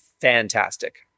fantastic